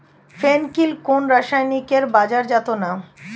ফেন কিল কোন রাসায়নিকের বাজারজাত নাম?